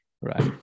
Right